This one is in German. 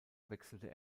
wechselte